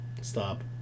stop